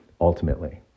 ultimately